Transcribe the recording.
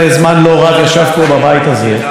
חבר הכנסת לשעבר באסל גטאס,